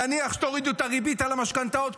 נניח שתורידו את הריבית על המשכנתאות,